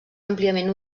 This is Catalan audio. àmpliament